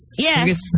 Yes